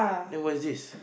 then what is this